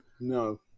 no